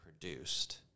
produced